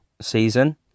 season